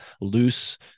loose